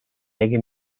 leghe